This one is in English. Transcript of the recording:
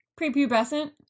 prepubescent